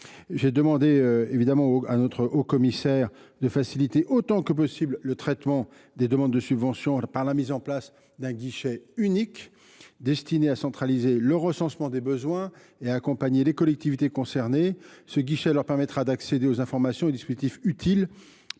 J’ai évidemment demandé à notre Haut Commissaire de faciliter autant que possible le traitement des demandes de subventions, par la mise en place d’un guichet unique destiné à centraliser le recensement des besoins et à accompagner les collectivités concernées. Ce guichet leur permettra d’accéder aux informations et dispositifs utiles